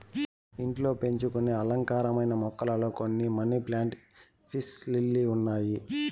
ఇంట్లో పెంచుకొనే అలంకారమైన మొక్కలలో కొన్ని మనీ ప్లాంట్, పీస్ లిల్లీ ఉన్నాయి